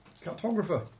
Cartographer